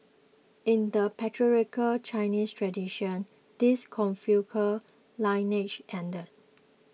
in the patriarchal Chinese tradition this Confucian lineage ended